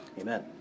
Amen